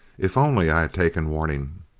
if only i had taken warning!